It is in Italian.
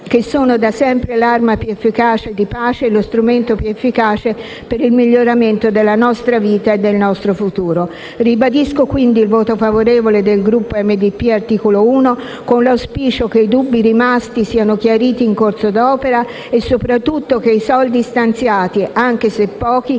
che sono da sempre la più efficace arma di pace, lo strumento più valido per il miglioramento della nostra vita e del nostro futuro. Ribadisco quindi il voto favorevole del Gruppo Articolo 1-Movimento democratico e progressista, con l'auspicio che i dubbi rimasti siano chiariti in corso d'opera e soprattutto che i soldi stanziati, anche se pochi,